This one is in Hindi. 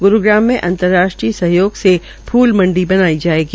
ग्रूग्राम में अंतर्राष्ट्रीय सहयोग से फूल मंडी बनाई जायेगी